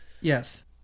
Yes